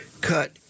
cut